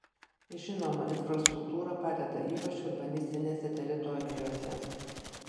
žinoma infrastruktūra padeda ypač urbanistinėse teritorijose